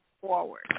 forward